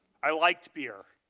i liked beer.